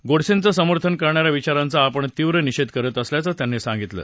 गोडसेंचं समर्थन करणाऱ्या विचारांचा आपण तीव्र निषेध करत असल्याचं त्यांनी सांगितलं